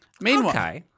Meanwhile